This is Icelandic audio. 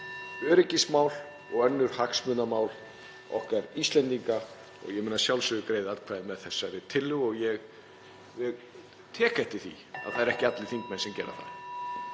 öryggismál og önnur hagsmunamál okkar Íslendinga. Ég mun að sjálfsögðu greiða atkvæði með þessari tillögu en ég tek eftir því að það eru ekki allir þingmenn sem gera það.